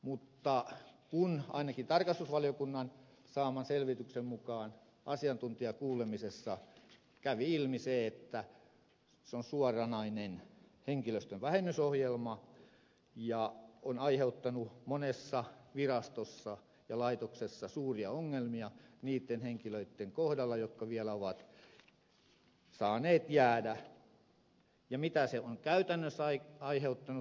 mutta ainakin tarkastusvaliokunnan saaman selvityksen mukaan asiantuntijakuulemisessa kävi ilmi se että se on suoranainen henkilöstön vähennysohjelma ja on aiheuttanut monessa virastossa ja laitoksessa suuria ongelmia niitten henkilöitten kohdalla jotka vielä ovat saaneet jäädä ja mitä se on käytännössä aiheuttanut